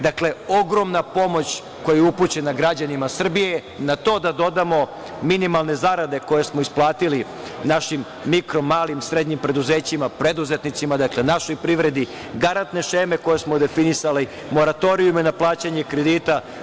Dakle, ogromna pomoć koja je upućena građanima Srbije, na to da dodamo minimalne zarade koje smo isplatili našim mikro, malim i srednjim preduzećima, preduzetnicima, dakle, našoj privredi, garantne šeme koje smo definisali, moratorijume i na plaćanje kredita.